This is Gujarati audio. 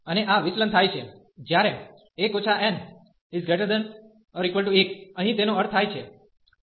અને આ વિચલન થાય છે જ્યારે 1 n≥1 અહીં તેનો અર્થ થાય છે n≤0